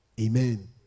Amen